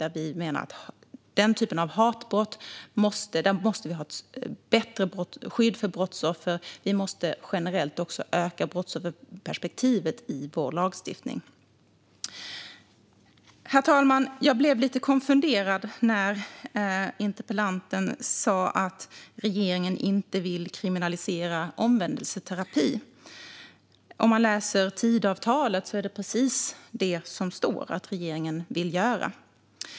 När det gäller den typen av hatbrott menar vi att det måste finnas ett bättre skydd för brottsoffer, och generellt måste också brottsofferperspektivet stärkas i vår lagstiftning. Herr talman! Jag blev lite konfunderad när interpellanten sa att regeringen inte vill kriminalisera omvändelseterapi. Om man läser Tidöavtalet ser man att det är precis detta som det står att regeringen vill göra.